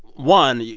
one, yeah